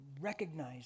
recognize